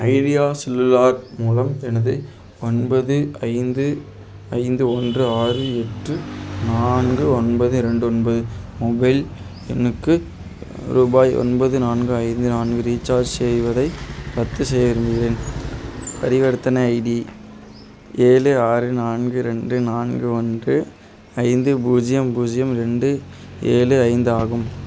idea cellular மூலம் எனது ஒன்பது ஐந்து ஐந்து ஒன்று ஆறு எட்டு நான்கு ஒன்பது இரண்டு ஒன்பது மொபைல் எண்ணுக்கு ரூபாய் ஒன்பது நான்கு ஐந்து நான்கு ரீசார்ஜ் செய்வதை ரத்து செய்ய விரும்புகிறேன் பரிவர்த்தனை ஐடி ஏழு ஆறு நான்கு ரெண்டு நான்கு ஒன்று ஐந்து பூஜ்ஜியம் பூஜ்ஜியம் ரெண்டு ஏழு ஐந்து ஆகும்